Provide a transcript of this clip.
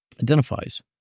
identifies